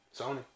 Sony